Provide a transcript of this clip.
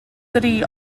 dri